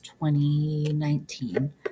2019